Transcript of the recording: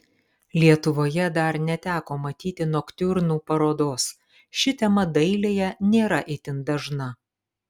lietuvoje dar neteko matyti noktiurnų parodos ši tema dailėje nėra itin dažna